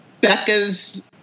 Becca's